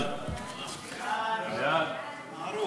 ההצעה